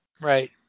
right